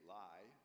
lie